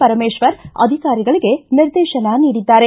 ಪರಮೇಶ್ವರ ಅಧಿಕಾರಿಗಳಿಗೆ ನಿರ್ದೇಶನ ನೀಡಿದ್ದಾರೆ